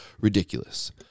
ridiculous